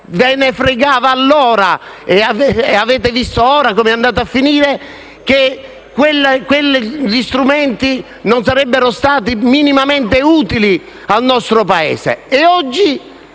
Ve ne fregava allora, e avete visto ora com'è andata a finire, che quegli strumenti non sarebbero stati minimamente utili al nostro Paese.